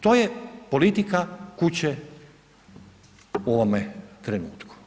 To je politika kuće u ovome trenutku.